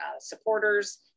supporters